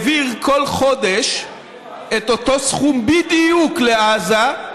העביר כל חודש את אותו סכום בדיוק לעזה,